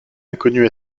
inconnu